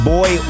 Boy